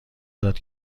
داد